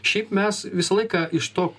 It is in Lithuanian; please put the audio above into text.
šiaip mes visą laiką iš to